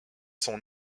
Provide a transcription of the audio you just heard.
son